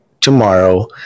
tomorrow